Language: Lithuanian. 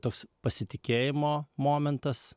toks pasitikėjimo momentas